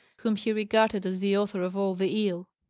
whom he regarded as the author of all the ill.